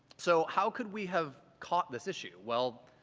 so how could we have caught this issue? well,